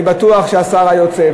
אני בטוח שהשר היוצא,